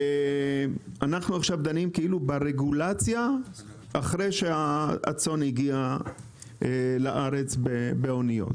אנחנו עכשיו דנים כאילו ברגולציה אחרי שהצאן הגיע לארץ באוניות,